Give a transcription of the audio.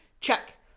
Check